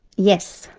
yes.